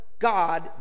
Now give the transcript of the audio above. God